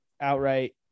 outright